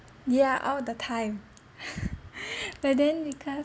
yeah all the time but then because